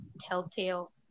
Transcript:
Telltale